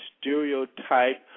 stereotype